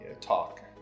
talk